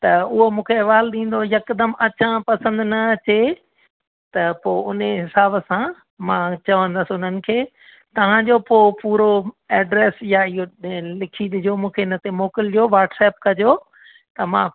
त उहो मूंखे अहवालु ॾींदो यकदमि अचां पसंदि न अचे त पोइ उन ई हिसाब सां मां चवंदसि उन्हनि खे तव्हांजो पोइ पूरो एड्रेस ईअं इहो ॾे लिखी ॾिजो मूंखे इन ते मोकिलिजो व्हाटसप कजो त मां